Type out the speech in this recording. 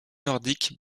nordique